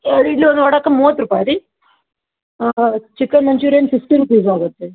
ಎರ್ಡು ಇಡ್ಲಿ ಒಂದು ವಡೆಗೆ ಮೂವತ್ತು ರೂಪಾಯಿ ರೀ ಚಿಕನ್ ಮಂಚೂರಿಯನ್ ಫಿಫ್ಟಿ ರೂಪೀಸ್ ಆಗುತ್ತೆ